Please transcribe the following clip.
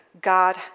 God